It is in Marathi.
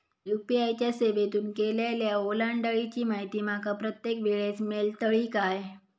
यू.पी.आय च्या सेवेतून केलेल्या ओलांडाळीची माहिती माका प्रत्येक वेळेस मेलतळी काय?